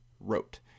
wrote